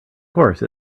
course